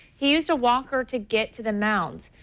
he used a walker to get to the mound.